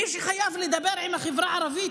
מישהו חייב לדבר עם החברה הערבית.